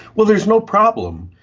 well, there's no problem.